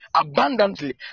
abundantly